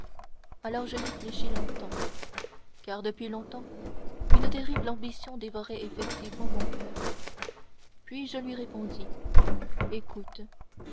alors j'ai réfléchi longtemps car depuis longtemps une terrible ambition dévorait effectivement mon coeur puis je lui répondis écoute